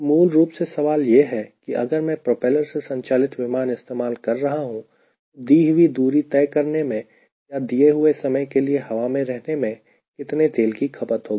तो मूल रूप से सवाल यह है कि अगर मैं प्रोपेलर से संचालित विमान इस्तेमाल कर रहा हूं तो दी हुई दूरी तय करने में या दिए हुए समय के लिए हवा में रहने में कितने तेल की खपत होगी